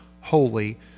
holy